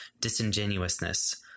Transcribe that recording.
disingenuousness